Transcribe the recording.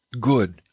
good